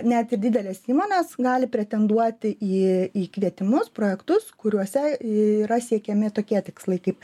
net ir didelės įmonės gali pretenduoti į kvietimus projektus kuriuose yra siekiami tokie tikslai kaip